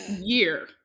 year